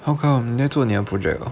how come 你在做你的 project ah